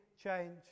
change